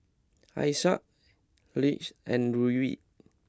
Alesia Lyric and Ludwig